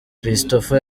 christopher